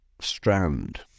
strand